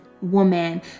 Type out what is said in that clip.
woman